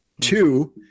Two